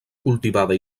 cultivada